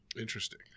Interesting